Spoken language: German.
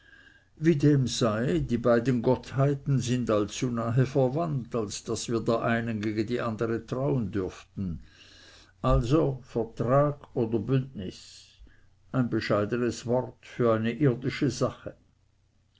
wie dem sei die beiden gottheiten sind allzu nahe verwandt als daß wir der einen gegen die andere trauen dürften also vertrag oder bündnis ein bescheidenes wort für eine irdische sache